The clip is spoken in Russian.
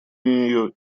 нее